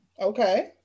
Okay